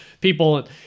people